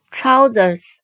Trousers